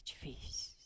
feast